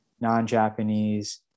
non-Japanese